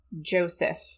Joseph